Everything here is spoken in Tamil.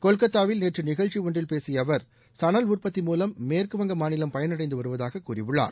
கொல்கத்தாவில் நேற்று நிகழ்ச்சி ஒன்றில் பேசிய அவர் சணல் உற்பத்தி மூவம் மேற்கு வங்க மாநிலம் பயன் அடைந்து வருவதாக கூறியுள்ளார்